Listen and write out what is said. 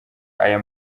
aya